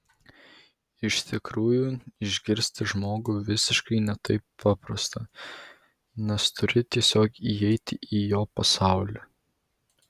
iš tikrųjų išgirsti žmogų visiškai ne taip paprasta nes turi tiesiog įeiti į jo pasaulį